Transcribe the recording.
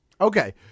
Okay